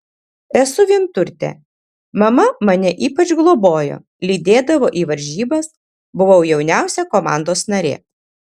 esu vienturtė mama mane ypač globojo lydėdavo į varžybas buvau jauniausia komandos narė